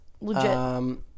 legit